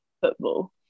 football